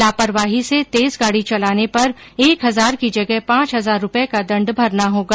लापरवाही से तेज गाड़ी चलाने पर एक हजार की जगह पांच हजार रुपये का दंड भरना होगा